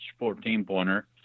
14-pointer